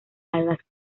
algas